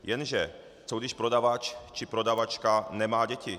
Jenže co když prodavač či prodavačka nemá děti?